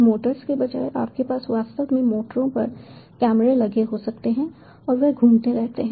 Motors के बजाय आपके पास वास्तव में मोटरों पर कैमरे लगे हो सकते हैं और वे घूमते रहते हैं